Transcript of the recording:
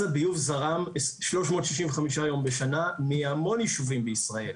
אז הביוב זרם 365 יום בשנה מהמון יישובים בישראל.